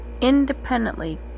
independently